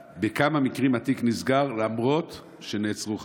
3. בכמה מקרים התיק נסגר למרות שנעצרו חשודים?